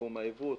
תחום הייבוא,